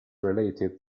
related